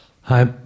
Hi